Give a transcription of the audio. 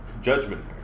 judgment